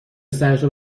سرشو